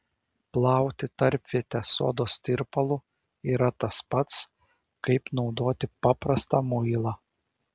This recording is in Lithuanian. plauti tarpvietę sodos tirpalu yra tas pats kaip naudoti paprastą muilą